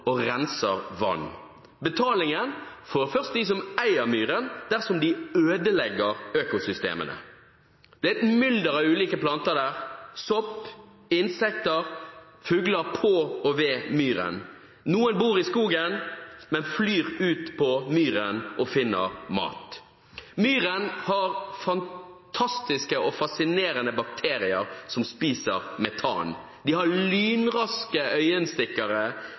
og renser vann. Betalingen får først de som eier myren, dersom de ødelegger økosystemene. Det er et mylder av ulike planter der, sopp, insekter og fugler på og ved myren. Noen bor i skogen, men flyr ut på myren og finner mat. Myren har fantastiske og fascinerende bakterier som spiser metan. Den har lynraske øyenstikkere,